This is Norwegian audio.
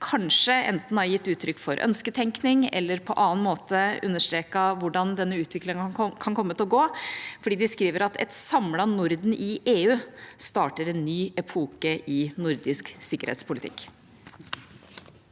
kanskje enten har gitt uttrykk for ønsketenkning eller på annen måte understreket hvordan denne utviklingen kan komme til å gå, for de skriver at et samlet Norden i EU starter en ny epoke i nordisk sikkerhetspolitikk.